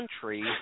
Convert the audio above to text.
country